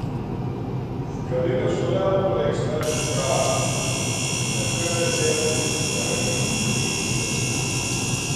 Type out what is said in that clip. skalikas šuoliavo palei aikštės kraštą ir meška per petį vis neramiai į jį dėbčiojo